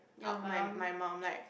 out~ my my mum like